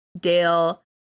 Dale